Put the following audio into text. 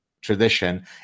tradition